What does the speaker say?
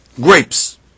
grapes